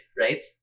right